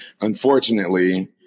unfortunately